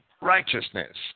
righteousness